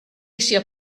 sia